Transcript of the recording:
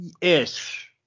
ish